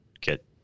get